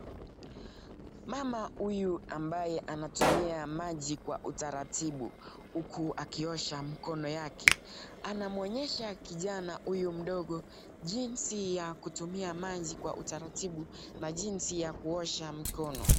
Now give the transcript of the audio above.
Mama huyu ambaye anatumia maji kwa utaratibu uku akiosha mkono yake. Anamuonyesha kijana huyu mdogo jinsi ya kutumia maji kwa utaratibu na jinsi ya kuosha mikono.